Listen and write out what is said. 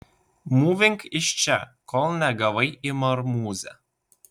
mūvink iš čia kol negavai į marmūzę